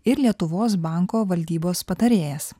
ir lietuvos banko valdybos patarėjas